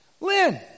Lynn